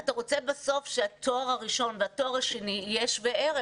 אתה רוצה בסוף שהתואר הראשון והתואר השני יהיו שווי ערך,